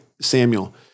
Samuel